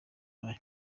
aya